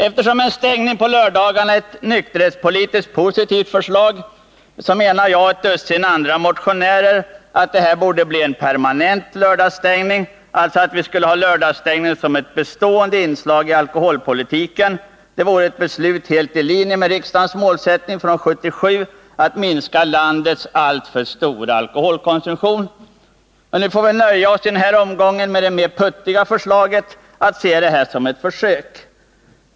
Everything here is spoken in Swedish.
Eftersom stängning på lördagarna är nykterhetspolitiskt positivt, ansåg jag och ett dussin andra motionärer att det borde bli en permanent lördagsstängning, dvs. att vi skulle ha lördagsstängning som ett bestående inslag i alkoholpolitiken. Det vore ett beslut helt i linje med riksdagens målsättning från 1977 att minska landets alltför stora alkoholkonsumtion. Men nu får vi i den här omgången nöja oss med det mer ”puttiga” förslaget och se detta som ett försök.